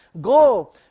Go